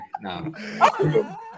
No